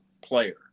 player